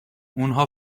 اونها